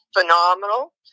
phenomenal